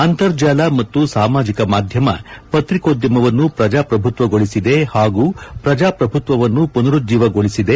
ಅಂತರ್ಜಾಲ ಮತ್ತು ಸಾಮಾಜಿಕ ಮಾಧ್ಯಮ ಪ್ರಿಕೋದ್ಯಮವನ್ನು ಪ್ರಜಾಪ್ರಭುತ್ವಗೊಳಿಸಿದೆ ಹಾಗೂ ಪ್ರಜಾಪ್ರಭುತ್ವವನ್ನು ಪುನರುಜ್ಜೀವಗೊಳಿಸಿದೆ